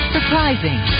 Surprising